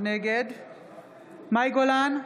נגד מאי גולן,